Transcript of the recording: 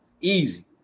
easy